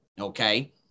okay